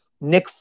Nick